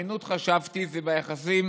אמינות, חשבתי, זה ביחסים